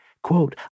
Quote